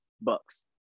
bucks